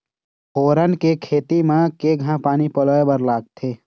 फोरन के खेती म केघा पानी पलोए बर लागथे?